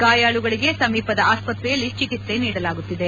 ಗಾಯಾಳುಗಳಿಗೆ ಸಮೀಪದ ಆಸ್ವತ್ರೆಯಲ್ಲಿ ಚಿಕಿತ್ಸೆ ನೀಡಲಾಗುತ್ತಿದೆ